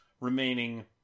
remaining